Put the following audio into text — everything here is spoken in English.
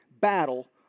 battle